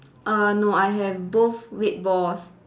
err no I have both red balls